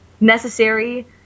necessary